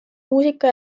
muusika